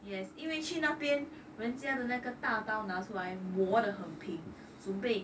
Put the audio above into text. yes 因为去那边人家的那个大刀拿出来磨得很平总被准备